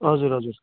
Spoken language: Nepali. हजुर हजुर